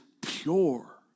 pure